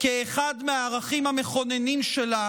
כאחד מהערכים המכוננים שלה